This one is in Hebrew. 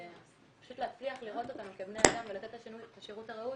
פשוט להצליח לראות אותם כבני אדם ולתת את השירות הראוי,